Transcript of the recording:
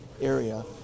area